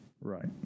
Right